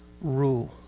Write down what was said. rule